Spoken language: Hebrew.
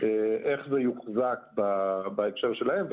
איך זה יוחזק בהקשר שלהם,